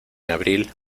abril